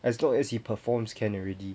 as long as he performs can already